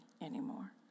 anymore